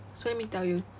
so let me tell you